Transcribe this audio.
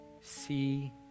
see